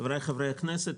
חבריי חברי הכנסת.